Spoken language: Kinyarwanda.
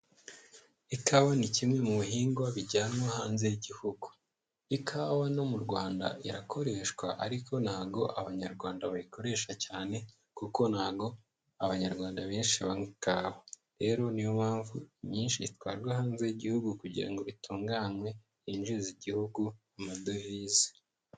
Ikawa ni kimwe mu bihingwa bijyanwa hanze y'igihugu. Ikawa no mu Rwanda irakoreshwa ariko ntago abanyarwanda bayikoresha cyane kuko ntabwo abanyarwanda benshi banywa ikawa. Rero niyo mpamvu inyinshi zitwarwa hanze y'igihugu kugira ngo itunganwe yinjirize igihugu amadovize.